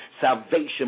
Salvation